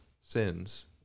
sins